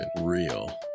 real